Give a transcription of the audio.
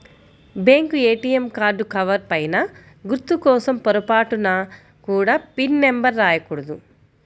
bank ATM card cover పైన గుర్తు కోసం పొరపాటున కూడా పిన్ నెంబర్ రాయకూడదు